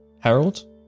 Harold